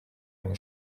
eine